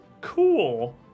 cool